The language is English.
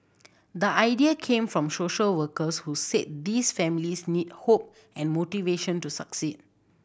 the idea came from social workers who said these families need hope and motivation to succeed